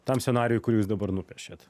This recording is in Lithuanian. tam scenarijui kurį jūs dabar nupiešėt